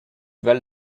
val